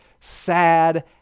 sad